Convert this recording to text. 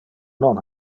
non